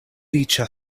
riĉa